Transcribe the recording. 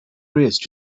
race